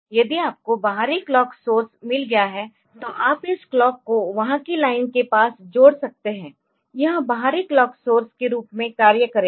यदि आपको बाहरी क्लॉक सोर्स मिल गया है तो आप इस क्लॉक को वहां की लाइन के पास जोड़ सकते है यह बाहरी क्लॉक सोर्स के रूप में कार्य करेगा